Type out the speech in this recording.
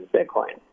Bitcoin